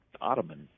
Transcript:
Ottoman